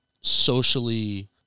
socially